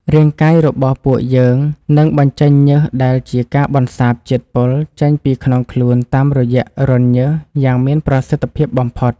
រាងកាយរបស់ពួកយើងនឹងបញ្ចេញញើសដែលជាការបន្សាបជាតិពុលចេញពីក្នុងខ្លួនតាមរយៈរន្ធញើសយ៉ាងមានប្រសិទ្ធភាពបំផុត។